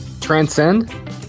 Transcend